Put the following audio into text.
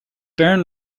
barren